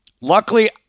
Luckily